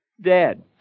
Dead